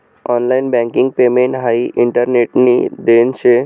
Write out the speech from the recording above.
online banking payment हाई इंटरनेटनी देन शे